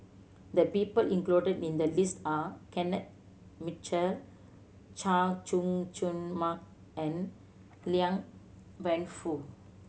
the people included in the list are Kenneth Mitchell Chay Jung Jun Mark and Liang Wenfu